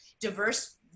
diverse